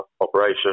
operation